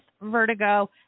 vertigo